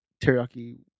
teriyaki